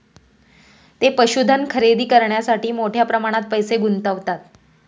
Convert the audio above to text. ते पशुधन खरेदी करण्यासाठी मोठ्या प्रमाणात पैसे गुंतवतात